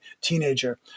teenager